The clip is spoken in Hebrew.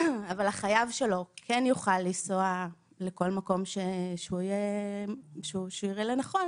אבל החייב שלו כן יוכל לנסוע לכל מקום שהוא יראה לנכון,